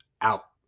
out